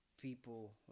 people